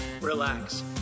relax